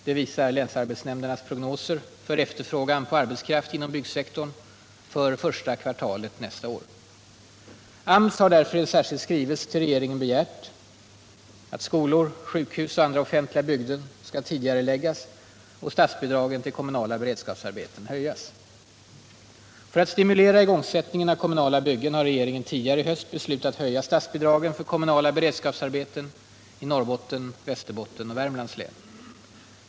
Det visar länsarbetsnämndernas prognoser för efterfrågan på arbetskraft inom byggsektorn för första kvartalet nästa år. AMS har därför i en särskild skrivelse till regeringen begärt att skolor, sjukhus och andra offentliga byggen skall tidigareläggas och statsbidragen till kommunala beredskapsarbeten höjas. För att stimulera igångsättningen av kommunala byggen har regeringen tidigare i höst beslutat att höja statsbidragen för kommunala beredskapsarbeten i Norrbotten, Västerbotten och Värmlands län.